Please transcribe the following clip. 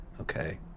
Okay